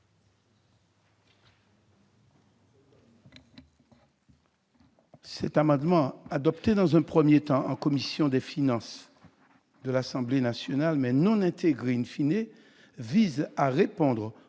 Cet amendement, adopté dans un premier temps en commission des finances de l'Assemblée nationale mais non intégré au texte, vise à répondre